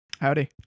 Howdy